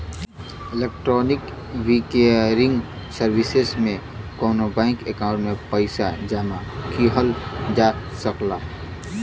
electronic clearing services में कउनो bank account में पइसा जमा किहल जा सकला